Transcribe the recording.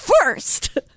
first